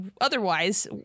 otherwise